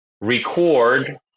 record